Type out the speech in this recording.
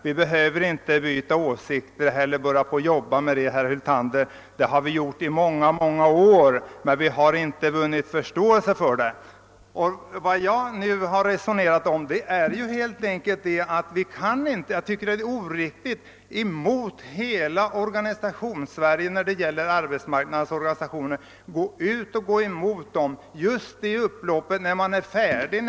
Vi behöver inte byta åsikter, herr Hyltander, vi har i många år arbetat för att åstadkomma företagsdemokrati. Men vi har inte mötts av någon förståelse. Det är orätt att gå emot arbetsmarknadens organisationer när de har kommit så långt med sitt arbete på detta område.